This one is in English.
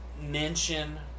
Mention